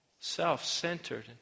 self-centered